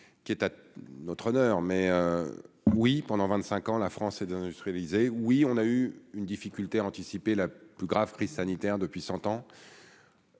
qui est à notre honneur mais oui pendant 25 ans, la France et d'industrialiser oui on a eu une difficulté à anticiper la plus grave crise sanitaire depuis 100 ans.